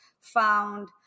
Found